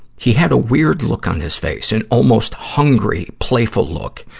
he had a weird look on his face, an almost hungry, playful look.